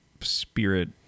spirit